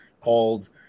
called